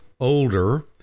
Older